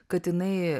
kad jinai